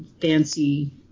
fancy